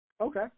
Okay